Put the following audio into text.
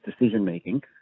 decision-making